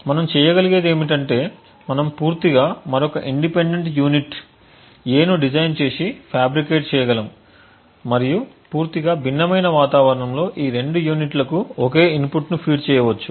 మనం చేయగలిగేది ఏమిటంటే మనం పూర్తిగా మరొక ఇండిపెండెంట్ యూనిట్ A' ను డిజైన్ చేసి ఫ్యాబ్రికేట్ చేయగలము మరియు పూర్తిగా భిన్నమైన వాతావరణంలో ఈ రెండు యూనిట్లకు ఒకే ఇన్పుట్లను ఫీడ్ చేయవచ్చు